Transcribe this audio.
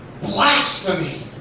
Blasphemy